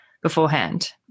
beforehand